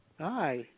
Hi